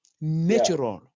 natural